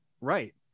right